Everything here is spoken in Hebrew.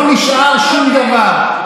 לא נשאר שום דבר.